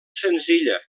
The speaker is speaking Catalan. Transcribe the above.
senzilla